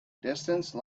distance